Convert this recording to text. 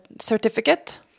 certificate